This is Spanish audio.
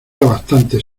bastantes